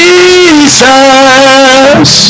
Jesus